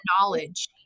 knowledge